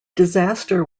disaster